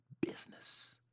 business